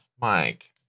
Mike